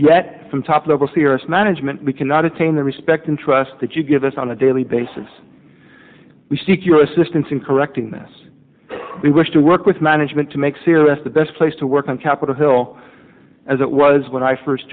yet from top level serious management we cannot attain the respect and trust that you give us on a daily basis we seek your assistance in correcting this we wish to work with management to make serious the best place to work on capitol hill as it was when i first